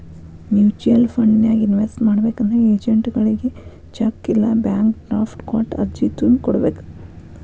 mutual ಫಂಡನ್ಯಾಗ invest ಮಾಡ್ಬೇಕಂದ್ರ ಏಜೆಂಟ್ಗಳಗಿ ಚೆಕ್ ಇಲ್ಲಾ ಬ್ಯಾಂಕ್ ಡ್ರಾಫ್ಟ್ ಕೊಟ್ಟ ಅರ್ಜಿ ತುಂಬಿ ಕೋಡ್ಬೇಕ್